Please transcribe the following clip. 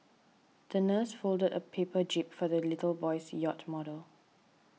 the nurse folded a paper jib for the little boy's yacht model